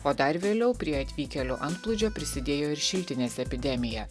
o dar vėliau prie atvykėlių antplūdžio prisidėjo ir šiltinės epidemija